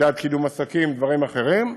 מדד קידום עסקים ודברים אחרים.